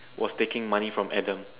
was taking money from Adam